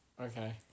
Okay